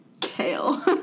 kale